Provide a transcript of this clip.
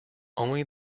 only